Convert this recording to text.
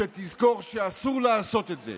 שתזכור שאסור לעשות את זה.